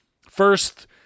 first